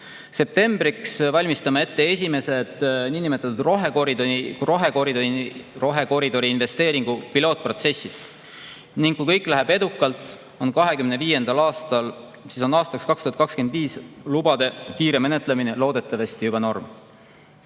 Septembriks valmistame ette esimesed niinimetatud rohekoridori investeeringu pilootprotsessid. Ning kui kõik läheb edukalt, siis on aastaks 2025 lubade kiire menetlemine loodetavasti juba norm.